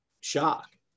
shock